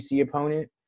opponent